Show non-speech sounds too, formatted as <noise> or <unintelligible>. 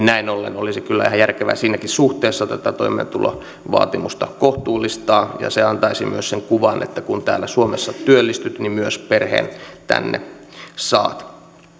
<unintelligible> näin ollen olisi kyllä ihan järkevää siinäkin suhteessa tätä toimeentulovaatimusta kohtuullistaa ja se antaisi myös sen kuvan että kun täällä suomessa työllistyt niin myös perheen tänne saat